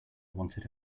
wanted